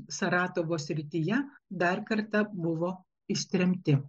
saratovo srityje dar kartą buvo ištremti